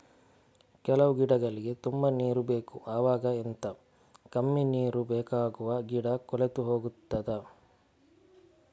ಕೆಲವು ಗಿಡಗಳಿಗೆ ತುಂಬಾ ನೀರು ಬೇಕು ಅವಾಗ ಎಂತ, ಕಮ್ಮಿ ನೀರು ಬೇಕಾಗುವ ಗಿಡ ಕೊಳೆತು ಹೋಗುತ್ತದಾ?